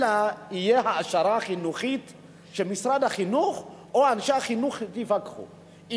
אלא שתהיה העשרה חינוכית שמשרד החינוך או אנשי החינוך יפקחו עליה.